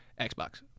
Xbox